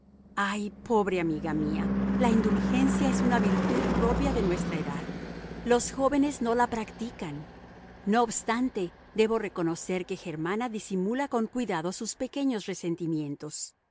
ay pobre amiga mía la indulgencia es una virtud propia de nuestra edad los jóvenes no la practican no obstante debo reconocer que germana disimula con cuidado sus pequeños resentimientos